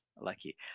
Lucky